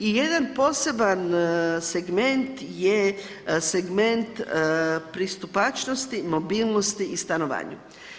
I jedan poseban segment je segment pristupačnosti, mobilnosti i stanovanju.